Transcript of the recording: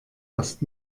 erst